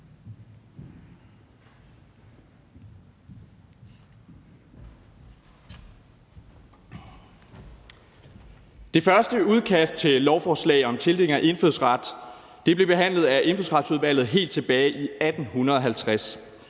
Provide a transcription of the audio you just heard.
Det første udkast til lovforslag om tildeling af indfødsret blev behandlet af Indfødsretsudvalget helt tilbage i 1850.